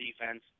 defense